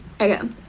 Okay